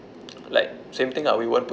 like same thing lah we weren't